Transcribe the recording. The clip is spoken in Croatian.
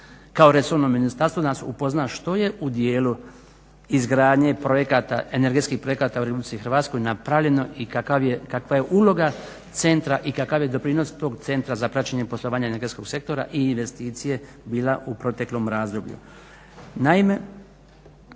kao resorno ministarstvo nas upozna što je u dijelu izgradnje projekata, energetskih projekata u RH napravljeno i kakva je uloga centra i kakav je doprinos tog Centra za praćenje poslovanja energetskog sektora i investicije bila u proteklom razdoblju.